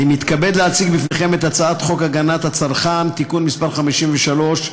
אני מתכבד להציג בפניכם את הצעת חוק הגנת הצרכן (תיקון מס' 53),